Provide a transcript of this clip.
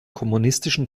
kommunistischen